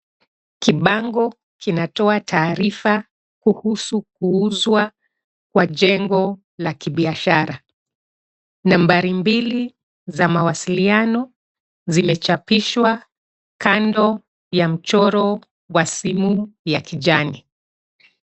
Kibango kinatoa taarifa kuhusu kuuzwa kwa jengo la kibiashara. Nambari mbili za mawasiliano zimechapishwa kando ya mchoro wa simu ya kijani.